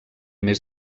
més